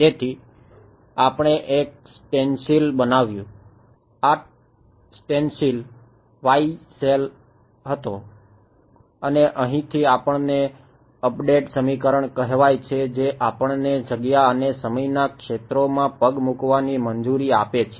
તેથી આપણે એક સ્ટેન્સિલ હતો અને અહીંથી આપણને અપડેટ સમીકરણ કહેવાય છે જે આપણને જગ્યા અને સમયના ક્ષેત્રોમાં પગ મૂકવાની મંજૂરી આપે છે